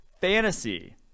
fantasy